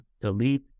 delete